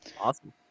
Awesome